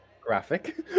graphic